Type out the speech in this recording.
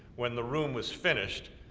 when the room was finished,